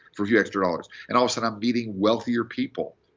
for a few extra dollars. and also i'm meeting wealthier people,